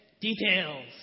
details